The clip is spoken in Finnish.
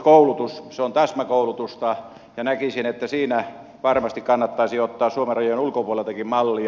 se on täsmäkoulutusta ja näkisin että siinä varmasti kannattaisi ottaa suomen rajojen ulkopuoleltakin mallia